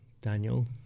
Daniel